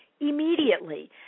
immediately